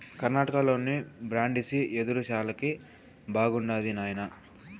కర్ణాటకలోని బ్రాండిసి యెదురు శాలకి బాగుండాది నాయనా